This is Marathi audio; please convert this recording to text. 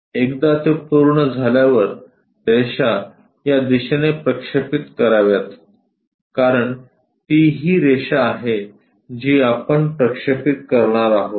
एकदा ते पूर्ण झाल्यावर रेषा या दिशेने प्रक्षेपित कराव्यात कारण ती ही रेषा आहे जी आपण प्रक्षेपित करणार आहोत